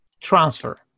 transfer